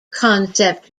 concept